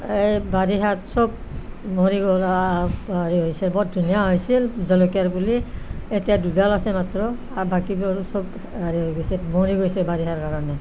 বাৰিষাত চব মৰি গ'ল হেৰি হৈছে বৰ ধুনীয়া হৈছিল জলকীয়াৰ পুলি এতিয়া দুডাল আছে মাত্ৰ বাকীবোৰ চব হেৰি হৈ গৈছে মৰি গৈছে বাৰিষাৰ কাৰণে